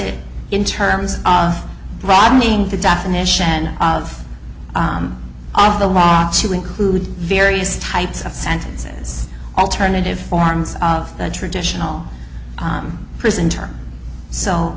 it in terms of broadening the definition of all the law to include various types of sentences alternative forms of tradition well prison term so